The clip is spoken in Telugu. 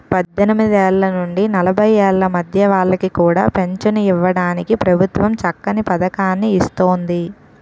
పద్దెనిమిదేళ్ల నుండి నలభై ఏళ్ల మధ్య వాళ్ళకి కూడా పెంచను ఇవ్వడానికి ప్రభుత్వం చక్కని పదకాన్ని ఇస్తోంది